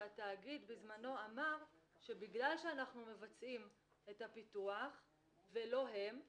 שהתאגיד בזמנו אמר שבגלל שאנחנו מבצעים את הפיתוח ולא הם,